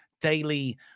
daily